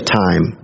time